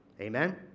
Amen